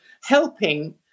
helping